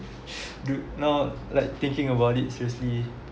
do now like thinking about it seriously